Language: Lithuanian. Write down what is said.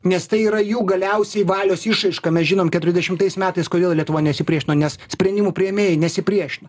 nes tai yra jų galiausiai valios išraiška mes žinom keturiadešimtais metais kodėl lietuva nesipriešino nes sprendimų priėmėjai nesipriešino